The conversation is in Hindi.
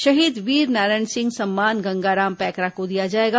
शहीद वीरनारायण सिंह सम्मान गंगाराम पैकरा को दिया जाएगा